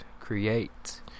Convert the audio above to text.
create